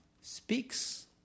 speaks